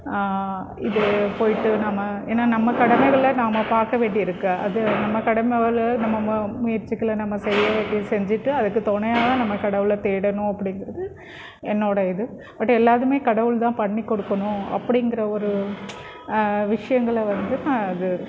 இது போயிட்டு நம்ம ஏன்னால் நம்ம கடமைகளை நாம் பார்க்க வேண்டி இருக்குது அது நம்ம கடமைகளை நம்ம முயற்சிகளை நம்ம செயகிறத செஞ்சுட்டு அதுக்கு துணையாதா நம்ம கடவுளை தேடணும் அப்படிங்குறது என்னோடய இது பட் எல்லாதுமே கடவுள் தான் பண்ணி கொடுக்கணும் அப்படிங்குற ஒரு விஷயங்களை வந்து அது